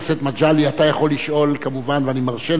אתה יכול לשאול כמובן ואני מרשה לך,